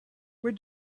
where